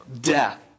death